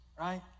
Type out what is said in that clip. right